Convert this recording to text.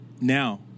now